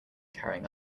carrying